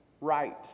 Right